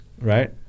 right